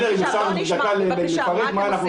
אם אפשר לפרט מה אנחנו נותנים.